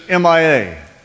MIA